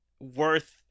worth